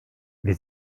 wir